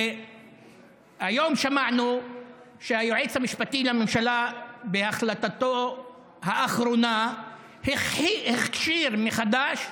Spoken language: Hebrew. היום שמענו שהיועץ המשפטי לממשלה בהחלטתו האחרונה הכשיר מחדש,